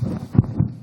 אדוני היושב-ראש,